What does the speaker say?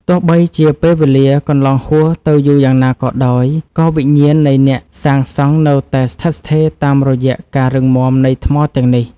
ទោះបីជាពេលវេលាកន្លងហួសទៅយូរប៉ុណ្ណាក៏ដោយ ក៏វិញ្ញាណនៃអ្នកសាងសង់នៅតែស្ថិតស្ថេរតាមរយៈភាពរឹងមាំនៃថ្មទាំងនេះ។